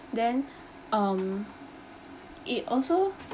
then um it also